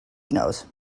nose